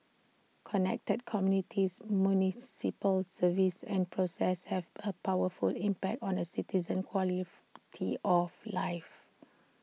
connected communities municipal services and processes have A powerful impact on A citizen's tea of life